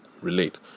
relate